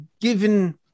given